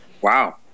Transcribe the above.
Wow